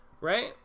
Right